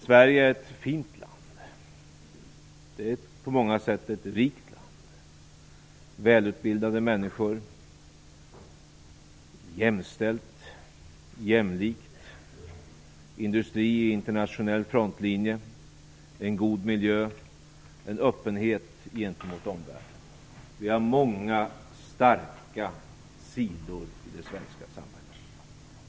Sverige är ett fint och på många sätt ett rikt land, med välutbildade människor. Det är jämställt och jämlikt, det har industrier vid internationell frontlinje, en god miljö och en öppenhet gentemot omvärlden. Vi har många starka sidor i det svenska samhället.